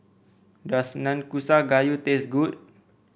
does Nanakusa Gayu taste good